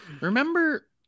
Remember